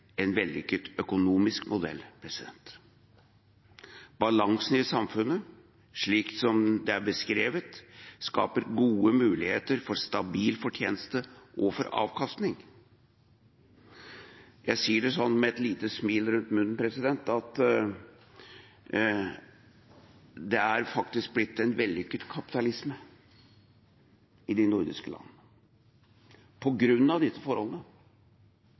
en vellykket økonomisk modell. Balansen i samfunnet, slik det er beskrevet, skaper gode muligheter for stabil fortjeneste og avkastning. Jeg vil si, med et lite smil om munnen, at det faktisk er blitt en vellykket kapitalisme i de nordiske landene på grunn av disse forholdene.